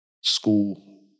school